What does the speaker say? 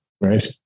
Right